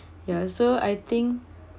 ya so I think